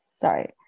sorry